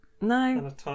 no